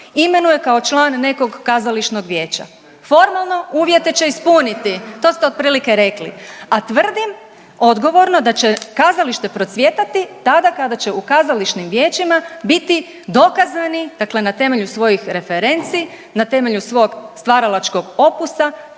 imenuje kao član nekog kazališnog vijeća, formalno uvjete će ispuniti, to ste otprilike rekli, a tvrdim odgovorno da će kazalište procvjetati tada kada će u kazališnim vijećima biti dokazani dakle na temelju svojih referenci, na temelju svog stvaralačkog opusa